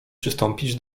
przystąpić